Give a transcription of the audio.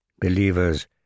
Believers